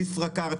ב-ישראכארד,